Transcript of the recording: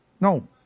No